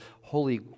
Holy